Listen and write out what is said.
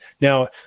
Now